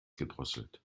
gedrosselt